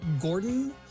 Gordon